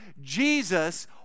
Jesus